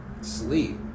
sleep